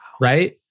right